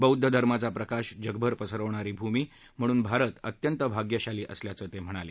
बौद्ध धर्माचा प्रकाश जगभर पसरणारी भूमी म्हणून भारत अत्यंत भाग्यशाली असल्याचं ते म्हणाले